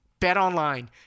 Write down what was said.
BetOnline